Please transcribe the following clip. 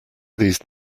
these